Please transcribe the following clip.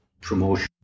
promotion